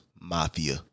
Mafia